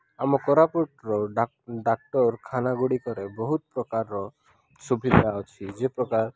ଆମ କୋରାପୁଟର ଡାକ୍ଟରଖାନାଗୁଡ଼ିକରେ ବହୁତ ପ୍ରକାରର ସୁବିଧା ଅଛି ଯେଉଁ ପ୍ରକାର